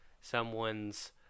someone's